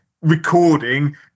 recording